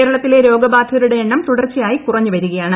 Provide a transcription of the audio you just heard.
കേരളത്തിലെ രോഗബാധിതരുടെ എണ്ണം തുടർച്ചയായി കുറഞ്ഞു വരികയാണ്